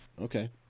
Okay